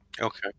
Okay